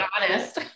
honest